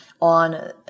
on